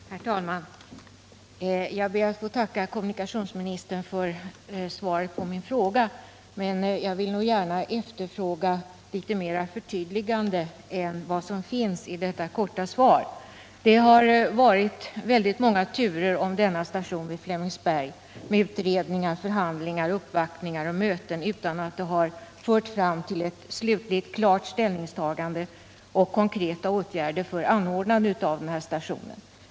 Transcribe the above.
Herr talman! Jag ber att få tacka kommunikationsministern för svaret på min fråga. Men jag vill gärna efterlysa litet mera av förtydligande än vad som finns i detta korta svar. Det har varit många turer kring denna station i Flemingsberg - med utredningar, förhandlingar, uppvaktningar och möten — utan att de har fört fram till ett slutligt klart ställningstagande och konkreta åtgärder för anordnande av stationen.